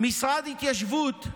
משרד ההתיישבות,